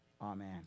Amen